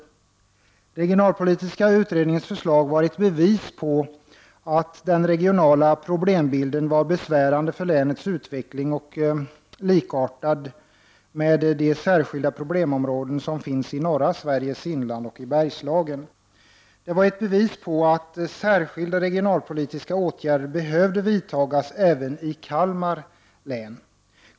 Den regionalpolitiska utredningens förslag var ett bevis på att den regionala problembilden var besvärande för länets utveckling och likartad de särskilda problemområden som finns i norra Sveriges inland och i Bergslagen. Det var ett bevis på att särskilda regionalpolitiska åtgärder behövde vidtagas även i Kalmar län.